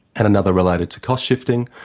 and another related to cost-shifting.